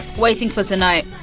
waiting for tonight.